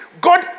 God